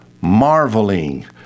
marveling